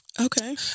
Okay